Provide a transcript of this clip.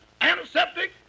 antiseptic